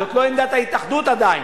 זו לא עמדת ההתאחדות עדיין,